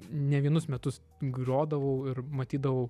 ne vienus metus grodavau ir matydavau